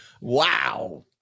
Wow